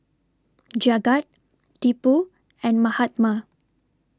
Jagat Tipu and Mahatma